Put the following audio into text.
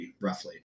roughly